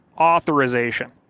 authorization